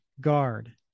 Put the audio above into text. guard